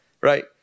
right